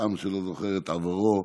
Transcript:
עם שלא זוכר את עברו,